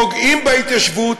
פוגעים בהתיישבות.